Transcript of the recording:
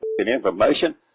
information